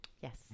Yes